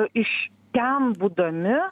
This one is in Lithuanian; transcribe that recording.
iš ten būdami